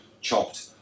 Chopped